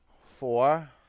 Four